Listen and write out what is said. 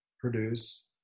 produce